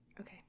Okay